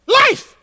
life